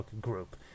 group